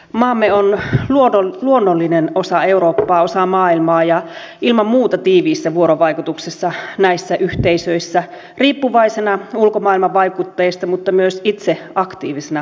maamme on luonnollinen osa eurooppaa osa maailmaa ja ilman muuta tiiviissä vuorovaikutuksessa näissä yhteisöissä riippuvaisena ulkomaailman vaikutteista mutta myös itse aktiivisena vaikuttajana